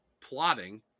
plotting